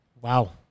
wow